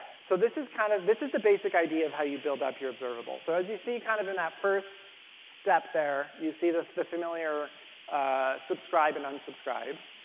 so this is kind of this is the basic idea of how you build up iobservable. so as you see kind of in that first step there, you see the the familiar subscribe and unsubscribe,